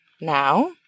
now